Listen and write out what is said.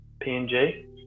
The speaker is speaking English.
PNG